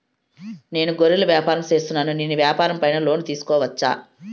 నేను గొర్రెలు వ్యాపారం సేస్తున్నాను, నేను వ్యాపారం పైన లోను తీసుకోవచ్చా?